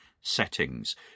settings